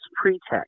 pretext